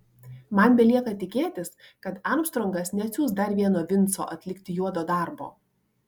man belieka tikėtis kad armstrongas neatsiųs dar vieno vinco atlikti juodo darbo